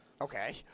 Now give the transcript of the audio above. Okay